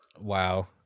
Wow